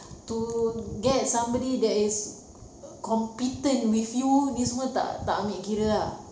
to get somebody that is competent with you ini semua tak tak ambil kira ah